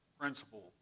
principle